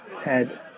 Ted